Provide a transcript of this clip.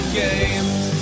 games